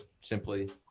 simply